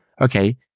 okay